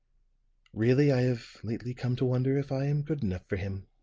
really, i have lately come to wonder if i am good enough for him.